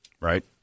Right